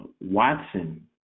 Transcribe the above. Watson